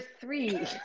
three